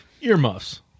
earmuffs